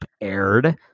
aired